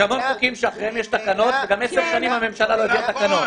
יש המון חוקים שאחריהם יש תקנות וגם 10 שנים הממשלה לא הביאה תקנות.